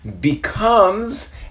becomes